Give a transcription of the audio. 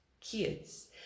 kids